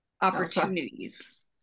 opportunities